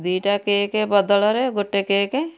ଦୁଇଟା କେକ୍ ବଦଳରେ ଗୋଟେ କେକ୍